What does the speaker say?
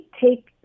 take